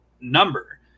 number